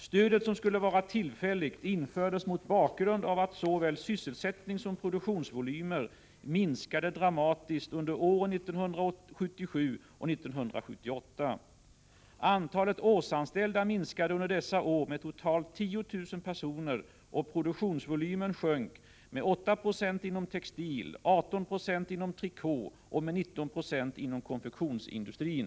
Stödet, som skulle vara tillfälligt, infördes mot bakgrund av att såväl sysselsättning som produktionsvolymer minskade dramatiskt under åren 1977 och 1978. Antalet årsanställda minskade under dessa år med totalt 10 000 personer, och produktionsvolymen sjönk med 8 26 inom textil-, med 18 260 inom trikåoch med 19 96 inom konfektionsindustrin.